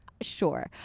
sure